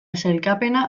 sailkapena